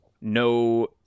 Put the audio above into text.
no